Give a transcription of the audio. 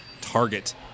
target